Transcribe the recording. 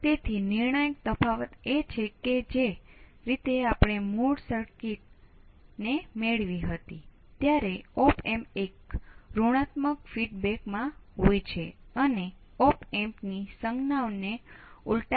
તેથી હવે OPA1 માં આવી સંજ્ઞાઓ છે અને OPA2 માં આવી સંજ્ઞાઓ છે